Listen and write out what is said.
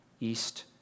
east